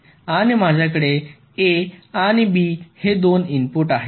आणि माझ्याकडे A आणि B हे दोन इनपुट आहेत